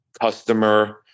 customer